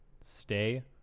stay